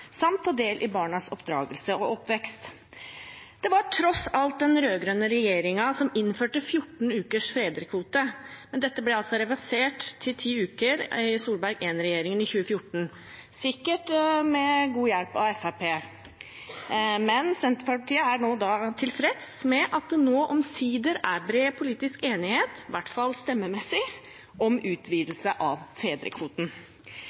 samt ta del i barnas oppdragelse og oppvekst. Det var den rød-grønne regjeringen som innførte 14 ukers fedrekvote, men dette ble reversert til 10 uker av Solberg I-regjeringen i 2014 – sikkert med god hjelp av Fremskrittspartiet. Men Senterpartiet er tilfreds med at det nå, omsider, er bred politisk enighet – i hvert fall stemmemessig – om